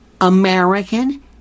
American